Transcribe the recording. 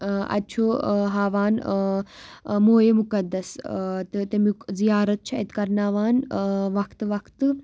اَتہِ چھُ ہاوان موۓ مُقدس تہٕ تمیُک زیارت چھِ اَتہِ کَرناوان وقتہٕ وقتہٕ